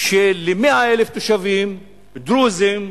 של-100,000 תושבים דרוזים,